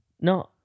No